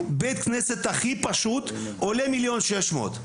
בית כנסת הכי פשוט עולה 1.600 מיליון,